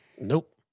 Nope